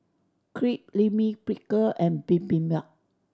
Crepe Lime Pickle and Bibimbap